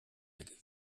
weder